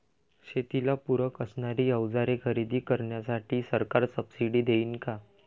शेतीला पूरक असणारी अवजारे खरेदी करण्यासाठी सरकार सब्सिडी देईन का?